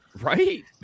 right